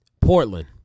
Portland